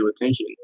attention